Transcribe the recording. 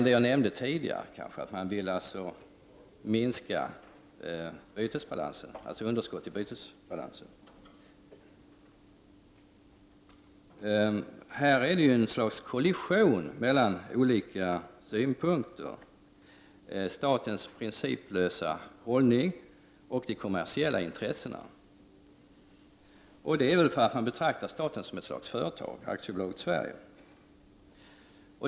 Som jag nämnde tidigare vill man kanske minska underskottet i bytesbalansen. Det råder här en kollision mellan olika synpunkter — statens principlösa hållning och de kommersiella intressena. Det är väl för att man betraktar staten som ett slags företag, AB Sverige.